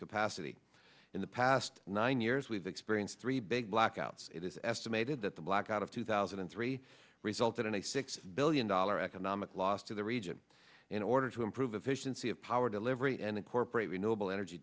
capacity in the past nine years we've experienced three big blackouts it is estimated that the blackout of two thousand and three resulted in a six billion dollar economic loss to the region in order to improve efficiency of power delivery and incorporate renewable energy